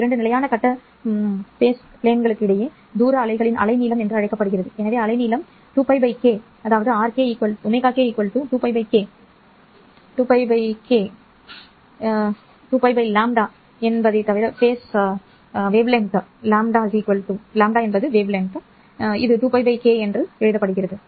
இரண்டு நிலையான கட்ட விமானங்களுக்கிடையேயான தூரம் அலைகளின் அலைநீளம் என்று அழைக்கப்படுகிறது எனவே அலைநீளம் 2л k rk 2л than தவிர வேறில்லை என்பதை நீங்கள் காண்பீர்கள்